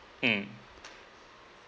mm